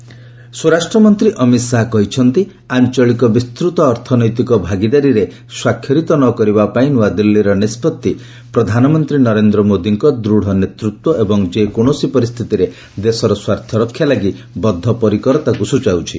ଶାହା ସ୍ୱରାଷ୍ଟ୍ର ମନ୍ତ୍ରୀ ଅମିତ ଶାହା କହିଛନ୍ତି ଆଞ୍ଚଳିକ ବିସ୍କୃତ ଅର୍ଥନୈତିକ ଭାଗିଦାରୀରେ ସ୍ୱାକ୍ଷରିତ ନ କରିବା ପାଇଁ ନୂଆଦିଲ୍ଲୀର ନିଷ୍ପଭି ପ୍ରଧାନମନ୍ତ୍ରୀ ନରେନ୍ଦ୍ର ମୋଦୀଙ୍କ ଦୃଢ଼ ନେତୃତ୍ୱ ଏବଂ ଯେକୌଣସି ପରିସ୍ଥିତିରେ ଦେଶର ସ୍ୱାର୍ଥ ରକ୍ଷା ଲାଗି ବଦ୍ଧପରିକରତାକୁ ସୁଚଉଛି